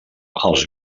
als